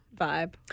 vibe